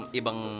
ibang